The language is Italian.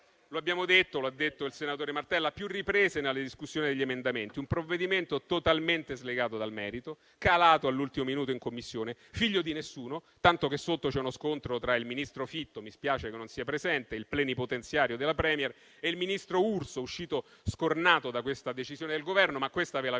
lo abbiamo detto, lo ha detto il senatore Martella a più riprese nella discussione degli emendamenti - il provvedimento è totalmente slegato dal merito, calato all'ultimo minuto in Commissione, figlio di nessuno, tanto che sotto c'è uno scontro tra il ministro Fitto, il plenipotenziario della *premier* che mi spiace non sia presente, e il ministro Urso, uscito scornato da questa decisione del Governo, ma questa ve la vedete